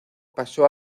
pasó